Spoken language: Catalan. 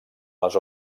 les